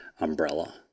umbrella